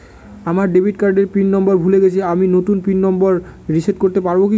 আমার ডেবিট কার্ডের PIN number ভুলে গেছি আমি নূতন পিন নম্বর রিসেট করতে পারবো কি?